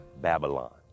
Babylon